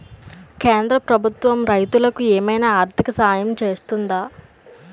కేంద్ర ప్రభుత్వం రైతులకు ఏమైనా ఆర్థిక సాయం చేస్తుందా?